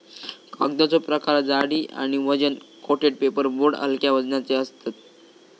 कागदाचो प्रकार जाडी आणि वजन कोटेड पेपर बोर्ड हलक्या वजनाचे असतत